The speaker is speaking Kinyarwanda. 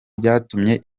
byatumye